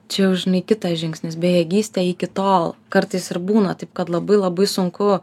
čia jau žinai kitas žingsnis bejėgystė iki tol kartais ir būna taip kad labai labai sunku